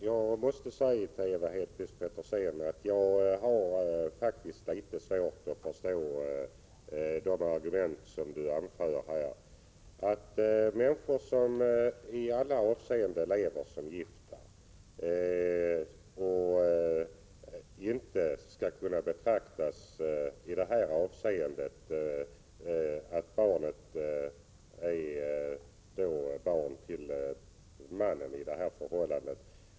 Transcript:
Herr talman! Jag har faktiskt litet svårt att förstå de argument som Ewa — 13 maj 1987 Hedkvist Petersen här anför. När människor som i alla avseenden lever som gifta får barn betraktas barnet inte som barn till mannen i förhållandet.